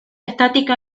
estática